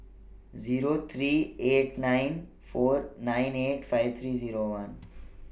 Zero eight nine four nine eight five three Zero one